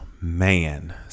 Man